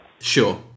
Sure